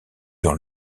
dans